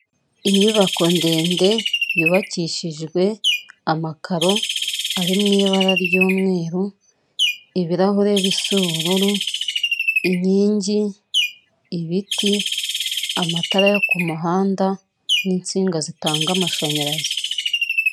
Inyubako ndende yubakishijwe amakaro ari mu ibara ry'umweru, ibirahure bisa ubururu, inkingi, ibiti, amatara yo ku muhanda, n'insinga zitanga amashanyarazi.